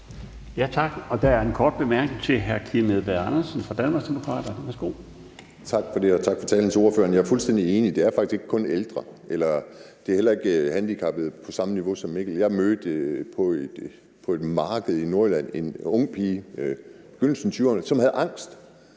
Tak. Der er en kort bemærkning til hr. Kim Edberg Andersen fra Danmarksdemokraterne. Værsgo. Kl. 17:12 Kim Edberg Andersen (DD): Tak for det, og tak til ordføreren for talen. Jeg er fuldstændig enig. Det er faktisk ikke kun ældre. Det er heller ikke handicappede på samme niveau som Mikkel. Jeg mødte på et marked i Nordjylland en ung pige i begyndelsen af 20'erne, som havde angst.